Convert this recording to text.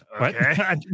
Okay